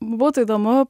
būtų įdomu